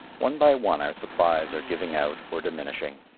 one by one our supplies are giving out or diminishing.